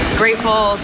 grateful